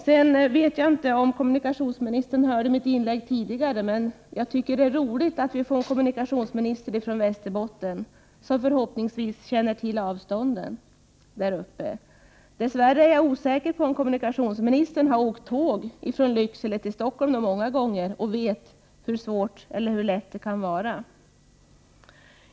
Jag vet inte om kommunikationsministern hörde mitt inlägg tidigare, men jag tycker att det är roligt att vi har fått en kommunikationsminister från Västerbotten som förhoppningsvis känner till avstånden där uppe. Dess värre är jag osäker på om kommunikationsministern har åkt tåg från Lycksele till Stockholm så många gånger och vet hur svårt eller hur lätt det kan vara.